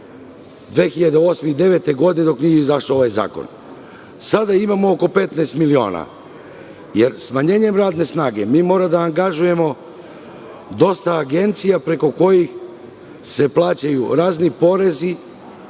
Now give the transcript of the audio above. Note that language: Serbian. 2008. i 2009. godine, dok nije izašao ovaj zakon. Sada imamo oko 15 miliona, jer smanjenjem radne snage mi moramo da angažujemo dosta agencija preko kojih se plaćaju razni porezi,